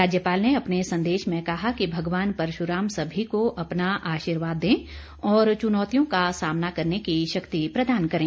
राज्यपाल ने अपने संदेश में कहा कि भगवान परशुराम सभी को अपना आशीर्वाद दें और चुनौतियों का सामना करने की शक्ति प्रदान करें